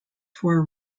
four